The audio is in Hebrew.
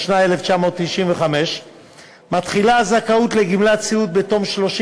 התשע"ו 2016. היא עברה בקריאה ראשונה ועוברת לוועדת